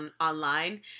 online